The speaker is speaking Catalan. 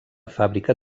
fàbrica